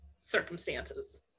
circumstances